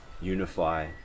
unify